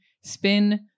Spin